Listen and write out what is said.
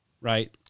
right